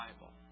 Bible